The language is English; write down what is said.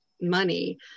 money